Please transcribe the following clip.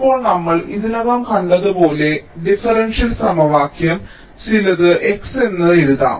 ഇപ്പോൾ നമ്മൾ ഇതിനകം കണ്ടതുപോലെ ഡിഫറൻഷ്യൽ സമവാക്യം ചിലത് × എന്ന് എഴുതാം